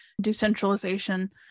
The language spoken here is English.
decentralization